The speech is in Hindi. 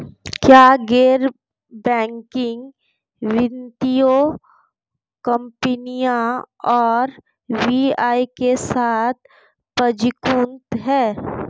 क्या गैर बैंकिंग वित्तीय कंपनियां आर.बी.आई के साथ पंजीकृत हैं?